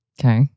Okay